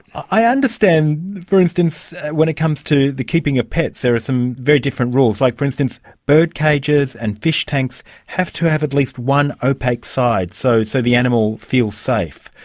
i understand, for instance, when it comes to the keeping of pets are there are some very different rules. like, for instance, bird cages and fish tanks have to have at least one opaque side so so the animal feels safe.